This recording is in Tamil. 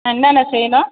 என்னன்ன செய்யணும்